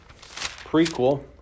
prequel